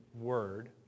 word